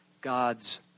God's